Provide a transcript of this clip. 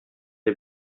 des